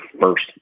first